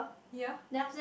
ya